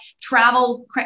travel